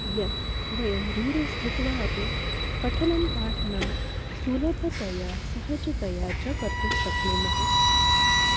यत् वयं दूरे स्थित्वा अपि पठनं पाठनं सुलभतया सहजतया च कर्तुं शक्नुमः